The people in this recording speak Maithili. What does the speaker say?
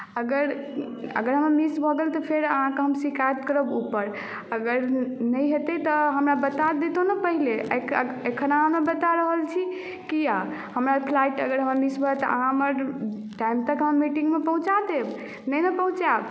अगर अगर हमर मिस भऽ गेल तऽ फेर अहाँके हम शिकायत करब ऊपर अगर नहि हेतै तऽ हमरा बता दैतहुँ ने पहिले एखन अहाँ हमरा बता रहल छी किया हमरा फ्लाइट अगर मिस भऽ जायत तऽ अहाँ हमर काल्हितक हमर मीटिंगमे पहुँचा देब नहि ने पहुँचायब